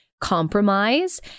compromise